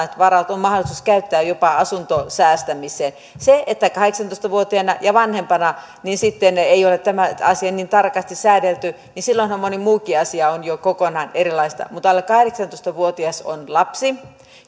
varat on mahdollisuus käyttää jopa asuntosäästämiseen kahdeksantoista vuotiaana ja vanhempana ei ole tämä asia niin tarkasti säädelty ja silloinhan moni muukin asia on jo kokonaan erilaista mutta alle kahdeksantoista vuotias on lapsi